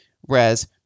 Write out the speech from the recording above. whereas